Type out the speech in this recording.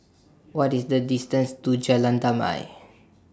What IS The distance to Jalan Damai